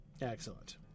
Excellent